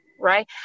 right